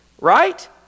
right